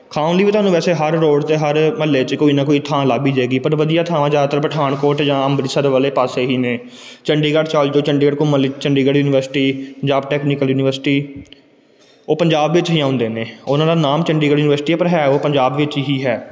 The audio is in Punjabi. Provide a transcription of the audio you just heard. ਖਾਣ ਲਈ ਵੀ ਤੁਹਾਨੂੰ ਵੈਸੇ ਹਰ ਰੋਡ 'ਚ ਹਰ ਮੁਹੱਲੇ 'ਚ ਕੋਈ ਨਾ ਕੋਈ ਥਾਂ ਲੱਭ ਹੀ ਜਾਏਗੀ ਪਰ ਵਧੀਆ ਥਾਵਾਂ ਜ਼ਿਆਦਾਤਰ ਪਠਾਨਕੋਟ ਜਾਂ ਅੰਮ੍ਰਿਤਸਰ ਵਾਲੇ ਪਾਸੇ ਹੀ ਨੇ ਚੰਡੀਗੜ੍ਹ ਚਲ ਜੋ ਚੰਡੀਗੜ੍ਹ ਘੁੰਮਣ ਲਈ Chandigarh university Punjab technical university ਉਹ ਪੰਜਾਬ ਵਿੱਚ ਹੀ ਆਉਂਦੇ ਨੇ ਉਹਨਾਂ ਦਾ ਨਾਮ ਚੰਡੀਗੜ੍ਹ ਯੂਨੀਵਰਸਿਟੀ ਹੈ ਪਰ ਹੈ ਉਹ ਪੰਜਾਬ ਵਿੱਚ ਹੀ ਹੈ